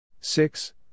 six